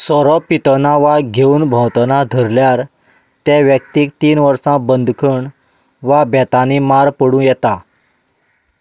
सोरो पितना वा घेवन भोंवतना धरल्यार ते व्यक्तीक तीन वर्सां बंदखण वा बेतांनी मार पडूं येता